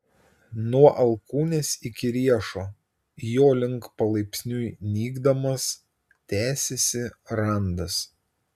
nuo alkūnės iki riešo jo link palaipsniui nykdamas tęsėsi randas